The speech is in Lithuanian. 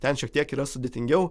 ten šiek tiek yra sudėtingiau